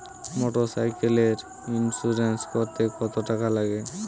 মোটরসাইকেলের ইন্সুরেন্স করতে কত টাকা লাগে?